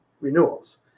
renewals